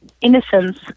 innocence